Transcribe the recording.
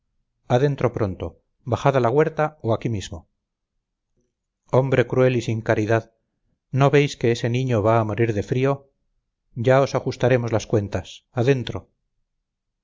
adentro pronto bajad a la huerta o aquí mismo hombre cruel y sin caridad no veis que ese niño va a morir de frío ya os ajustaremos las cuentas adentro